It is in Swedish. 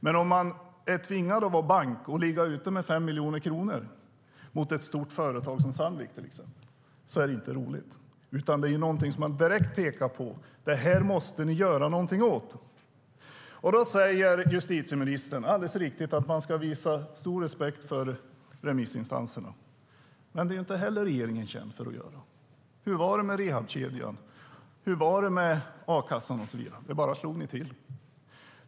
Men om man är tvingad att vara bank och ligga ute med 5 miljoner kronor mot ett stort företag som till exempel Sandvik är det inte roligt. Det är någonting som man direkt pekar på att vi måste göra någonting åt. Då säger justitieministern alldeles riktigt att man ska visa stor respekt för remissinstanserna. Men det är inte regeringen känd för att göra. Hur var det med rehabkedjan, hur var det med a-kassan och så vidare där ni bara slog till?